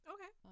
Okay